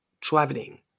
traveling